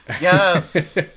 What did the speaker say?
Yes